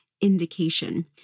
indication